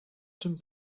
czym